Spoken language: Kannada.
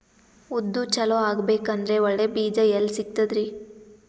ಉದ್ದು ಚಲೋ ಆಗಬೇಕಂದ್ರೆ ಒಳ್ಳೆ ಬೀಜ ಎಲ್ ಸಿಗತದರೀ?